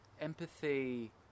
empathy